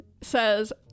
says